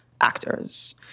actors